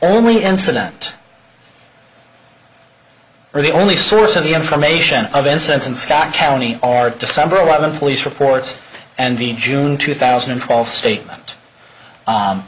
only incident or the only source of the information of incense and scott county are december eleventh police reports and the june two thousand and twelve statement